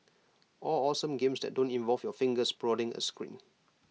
all awesome games that don't involve your fingers prodding A screen